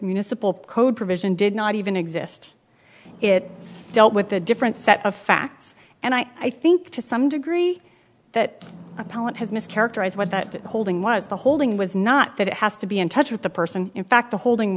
municipal code provision did not even exist it dealt with a different set of facts and i think to some degree that appellant has mischaracterized what that holding was the holding was not that it has to be in touch with the person in fact the holding